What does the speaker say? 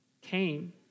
came